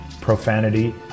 profanity